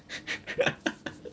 ya